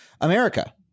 America